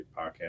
Podcast